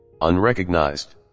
unrecognized